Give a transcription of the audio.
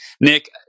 Nick